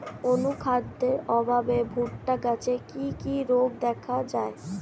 অনুখাদ্যের অভাবে ভুট্টা গাছে কি কি রোগ দেখা যায়?